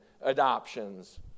adoptions